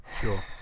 Sure